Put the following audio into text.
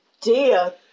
dear